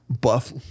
buff